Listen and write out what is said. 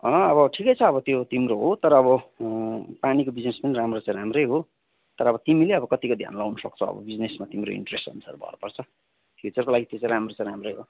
अँ अब ठिकै छ अब त्यो तिम्रो हो तर अब पानीको बिजनेस पनि राम्रो त राम्रै हो तर अब तिमीले अब कतिको ध्यान लगाउनसक्छौ अब बिजनेसमा तिम्रो इन्ट्रेस अनुसार भर पर्छ फ्युचरको लागि त्यो चाहिँ राम्रो त राम्रै हो